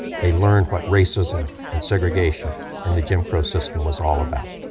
they learned what racism and segregation and the jim crow system was all about.